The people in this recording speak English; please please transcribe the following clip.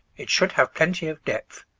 it should have plenty of depth,